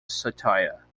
satire